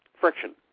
friction